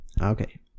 Okay